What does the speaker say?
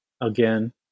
Again